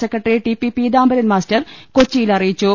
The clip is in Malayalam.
സെക്രട്ടറി ടിപി് പീതാംബർമാസ്റ്റർ കൊച്ചിയിൽ അറി യിച്ചു